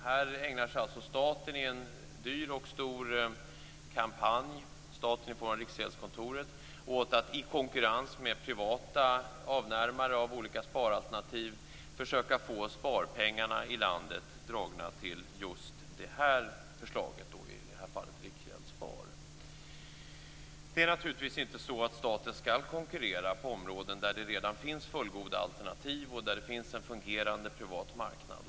Här ägnar sig staten i form av Riksgäldskontoret, åt en dyr och stor kampanj, åt att i konkurrens med privata avnämare av olika sparalternativ försöka få sparpengarna i landet dragna till just Riksgäldsspar. Det är naturligtvis inte så att staten skall konkurrera på områden där det redan finns fullgoda alternativ och där det finns en fungerande privat marknad.